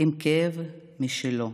עם כאב משלו.